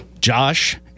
Josh